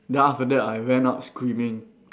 then after that I ran out screaming